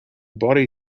body